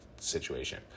situation